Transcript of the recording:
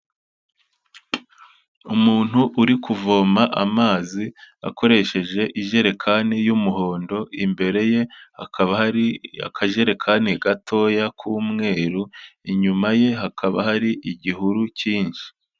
Umuntu uri kuvoma amazi akoresheje ijerekani y'umuhondo, imbere ye hakaba hari akajerekani gatoya k'umweru, inyuma ye hakaba hari igihuru cyinshi.